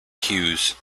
hughes